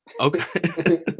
okay